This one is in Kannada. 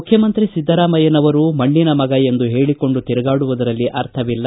ಮುಖ್ಯಮಂತ್ರಿ ಸಿದ್ದರಾಮಯ್ಯನವರು ಮಣ್ಣಿನ ಮಗ ಎಂದು ಹೇಳಿಕೊಂಡು ತಿರುಗಾಡುವುದರಲ್ಲಿ ಅರ್ಥವಿಲ್ಲ